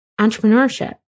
Entrepreneurship